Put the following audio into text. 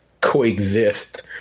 coexist